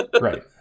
right